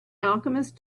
alchemist